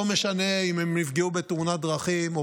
לא משנה אם הם נפגעו בתאונת דרכים או